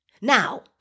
Now